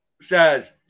says